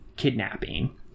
kidnapping